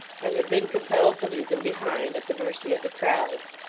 and had been compelled to leave them behind, at the mercy of the crowd.